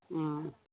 ओ